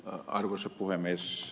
arvoisa puhemies